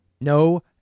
No